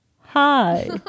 hi